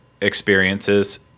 experiences